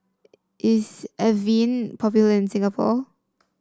is Avene popular in Singapore